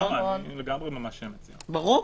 ברור.